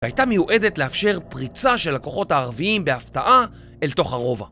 והייתה מיועדת לאפשר פריצה של הכוחות הערביים בהפתעה אל תוך הרובע.